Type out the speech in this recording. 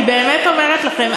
אני באמת אומרת לכם,